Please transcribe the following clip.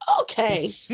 Okay